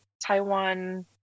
Taiwan